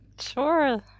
Sure